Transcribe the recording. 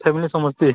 ଫ୍ୟାମିଲିରେ ସମସ୍ତେ